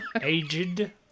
Aged